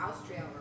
Austria